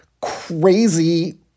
crazy